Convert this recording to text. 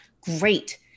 great